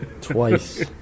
twice